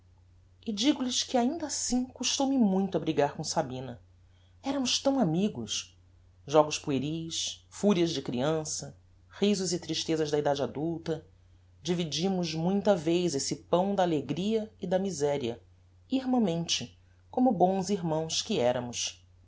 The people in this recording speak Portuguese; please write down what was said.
e digo lhes que ainda assim custou-me muito a brigar com sabina eramos tão amigos jogos pueris furias de criança risos e tristezas da edade adulta dividimos muita vez esse pão da alegria e da miseria irmãmente como bons irmãos que eramos